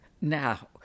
Now